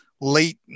late